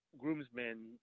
groomsmen